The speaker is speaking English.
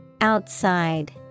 Outside